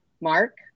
Mark